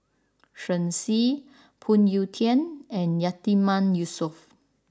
Shen Xi Phoon Yew Tien and Yatiman Yusof